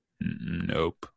Nope